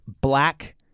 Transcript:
black